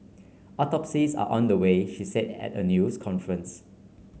autopsies are under way she said at a news conference